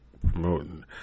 promoting